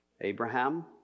Abraham